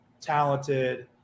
talented